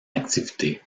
activité